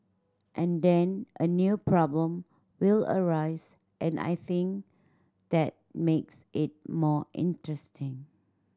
and then a new problem will arise and I think that makes it more interesting